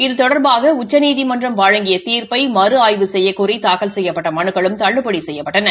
இது தொடாபாக உச்சநீதிமன்றம் வழங்கிய தீாப்பினை மறு ஆய்வு செய்யக்கோரி தாக்கல் செய்யப்பட்ட மனுக்களும் தள்ளுபடி செய்யப்பட்டன